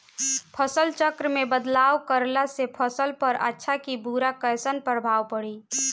फसल चक्र मे बदलाव करला से फसल पर अच्छा की बुरा कैसन प्रभाव पड़ी?